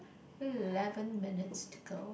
eleven minutes to go